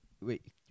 Wait